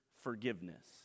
forgiveness